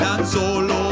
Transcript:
Solo